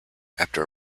after